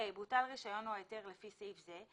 בוטל רישיון או היתר לפי סעיף זה,